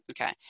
okay